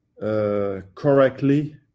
correctly